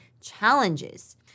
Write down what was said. challenges